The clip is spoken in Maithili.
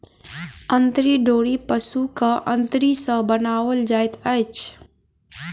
अंतरी डोरी पशुक अंतरी सॅ बनाओल जाइत अछि